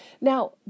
Now